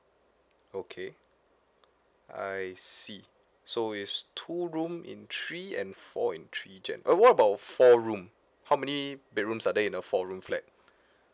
okay I see so it's two room in three and four in three gen~ uh what about four room how many bedrooms are there in a four room flat